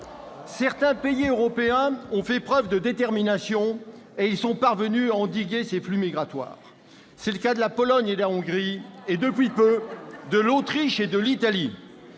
Certains pays européens ont fait preuve de détermination, et ils sont parvenus à endiguer ces flux migratoires. C'est le cas de la Pologne et de la Hongrie et, depuis peu, de l'Autriche et de l'Italie.